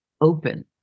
open